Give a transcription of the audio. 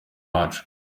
wacu